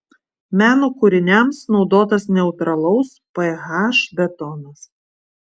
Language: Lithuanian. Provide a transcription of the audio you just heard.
meno kūriniams naudotas neutralaus ph betonas